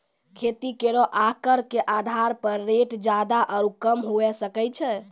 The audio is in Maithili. खेती केरो आकर क आधार पर रेट जादा आरु कम हुऐ सकै छै